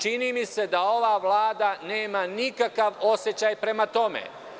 Čini mi se da ova Vlada nema nikakav osećaj prema tome.